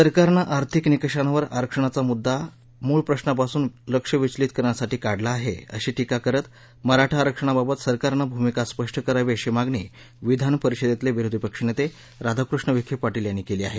सरकारने आर्थिक निकाशांवर आरक्षणाचा मुद्दा मूळ प्रश्नां पासून लक्ष विचलित करण्यासाठी काढला आहे अशी टीका करत मराठा आरक्षणाबाबत सरकारने भूमिका स्पष्ट करावी अशी मागणी विधानपरिषदेतले विरोधी पक्षनेते राधाकृष्ण विखे पाटील यांनी केली आहे